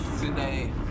today